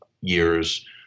years